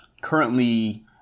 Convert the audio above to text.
currently